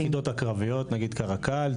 ביחידות הקרביות כמו קרקל,